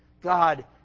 God